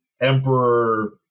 emperor